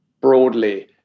broadly